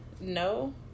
no